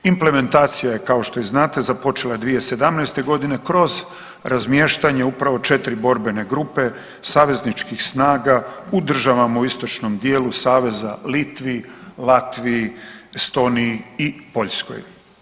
Implementacija je kao što znate, započela 2017. godine kroz razmještanje upravo 4 borbene grupe, savezničkih snaga u državama u istočnom djelu saveza u Litvi, Latviji, Estoniji i Poljskoj.